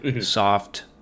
soft